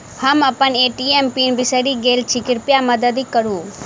हम अप्पन ATM pin बिसरि गेल छी कृपया मददि करू